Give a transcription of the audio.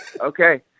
Okay